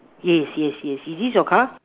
yes yes yes is this your car